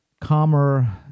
calmer